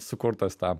sukurtas tam